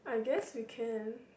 I guess we can